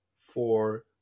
four